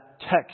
text